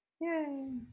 Yay